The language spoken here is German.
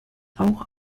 auch